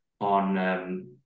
on